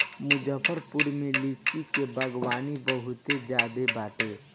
मुजफ्फरपुर में लीची के बगानी बहुते ज्यादे बाटे